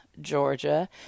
georgia